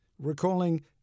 recalling